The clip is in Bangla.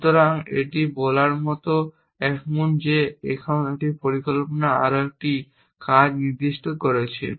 সুতরাং এটি বলার মতো যে আমি এখন আমার পরিকল্পনায় আরও একটি কাজ নির্দিষ্ট করেছি